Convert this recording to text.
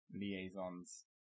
liaisons